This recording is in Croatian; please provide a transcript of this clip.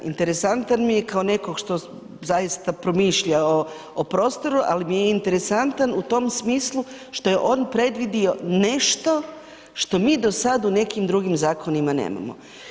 Interesantan mi je kao neko što zaista promišlja o prostoru, ali mi je interesantan u tom smislu što je on predvidio nešto što mi do sada u nekim drugim zakonima nemamo.